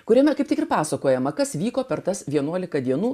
kuriame kaip tik ir pasakojama kas vyko per tas vienuolika dienų